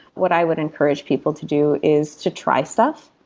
what i would encourage people to do is to try stuff,